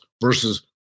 versus